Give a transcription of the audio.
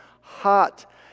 hot